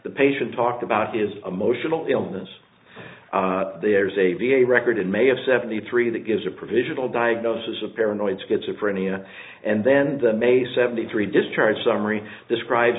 the patient talked about his emotional illness there's a v a record it may have seventy three that gives a provisional diagnosis of paranoid schizophrenia and then the may seventy three discharge summary describes